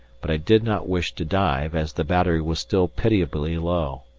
but i did not wish to dive, as the battery was still pitiably low.